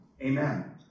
Amen